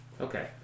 Okay